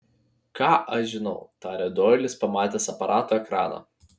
ką aš žinau tarė doilis pamatęs aparato ekraną